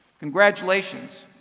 congratulations,